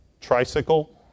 tricycle